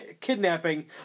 kidnapping